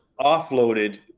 offloaded